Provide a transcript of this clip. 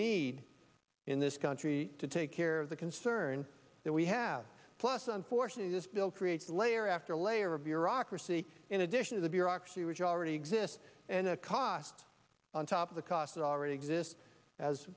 need in this country to take care of the concern that we have plus unfortunately this bill creates layer after layer of bureaucracy in addition to the bureaucracy which already exist and a cost on top of the cost that already exist as